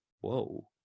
whoa